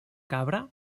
cabra